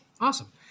Awesome